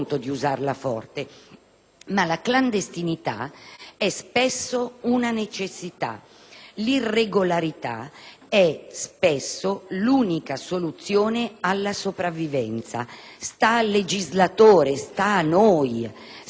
è tale - è spesso una necessità. L'irregolarità è spesso l'unica soluzione alla sopravvivenza. Sta al legislatore, sta a noi, sta alla maggioranza,